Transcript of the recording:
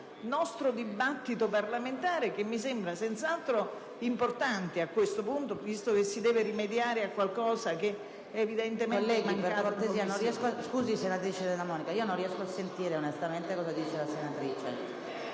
nel nostro dibattito parlamentare che mi sembra senz'altro importante, visto che si deve rimediare a qualcosa che evidentemente è mancato